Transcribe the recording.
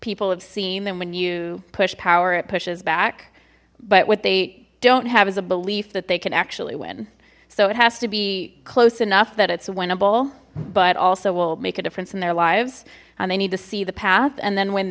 people have seen then when you push power it pushes back but what they don't have is a belief that they can actually win so it has to be close enough that it's winnable but also will make a difference in their lives and they need to see the path and then when